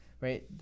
right